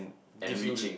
enriching